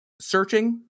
searching